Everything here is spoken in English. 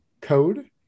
code